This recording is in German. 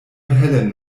helen